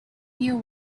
knew